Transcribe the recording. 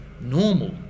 Normal